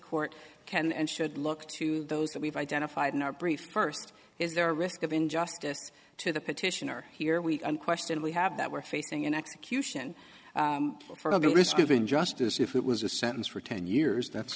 court can and should look to those that we've identified in our brief first is there a risk of injustice to the petitioner here we unquestionably have that we're facing an execution for a risk of injustice if it was a sentence for ten years that's